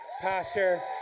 pastor